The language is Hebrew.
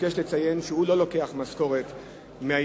ביקש גם לציין שהוא לא לוקח משכורת מהעירייה.